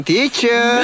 Teacher